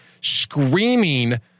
screaming